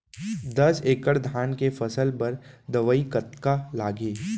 दस एकड़ धान के फसल बर दवई कतका लागही?